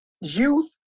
youth